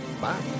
Bye